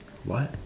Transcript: what